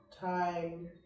time